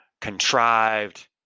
contrived